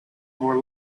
more